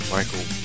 Michael